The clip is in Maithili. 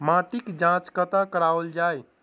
माटिक जाँच कतह कराओल जाए?